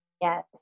Yes